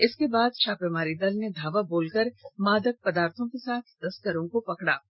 इसके उपरांत छापेमारी दल ने धावा बोलकर मादक पदार्थों के साथ तस्करों को पकड़ लिया गया